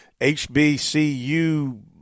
HBCU